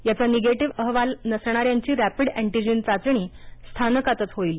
याचा निगेटिव्ह अहवाल नसणाऱ्यांची रॅपिड ऍन्टिजेन चाचणी स्थानकातच होईल